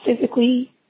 physically